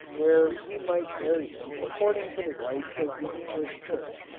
where we might bury it according to the rites of the english church.